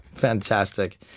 fantastic